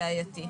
בעייתי.